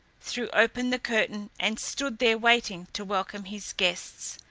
threw open the curtain, and stood there waiting to welcome his guests,